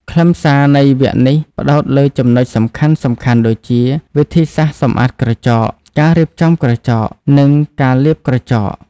ខ្លឹមសារនៃវគ្គនេះផ្តោតលើចំណុចសំខាន់ៗដូចជា វិធីសាស្រ្តសម្អាតក្រចក ការរៀបចំក្រចក និងការលាបក្រចក។